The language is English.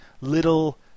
Little